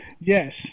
Yes